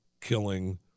killing